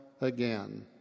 again